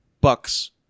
bucks